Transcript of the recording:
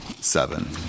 seven